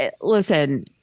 Listen